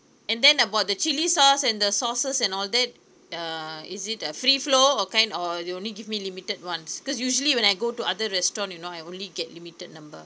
and then about the chili sauce and the sauces and all that uh is it a free flow or kind or you only give me limited ones because usually when I go to other restaurant you know I only get limited number